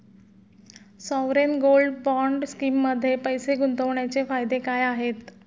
Sovereign gold bond स्कीममध्ये पैसे गुंतवण्याचे फायदे काय आहेत?